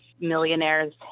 millionaires